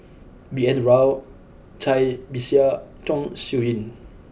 B N Rao Cai Bixia Chong Siew Ying